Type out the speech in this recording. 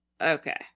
okay